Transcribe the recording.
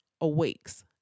awakes